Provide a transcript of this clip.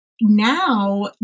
now